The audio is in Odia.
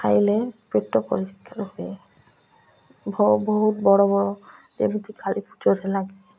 ଖାଇଲେ ପେଟ ପରିଷ୍କାର ହୁଏ ଭ ବହୁତ ବଡ଼ ବଡ଼ ଯେମିତି ହେଲାକି